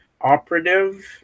operative